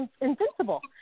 invincible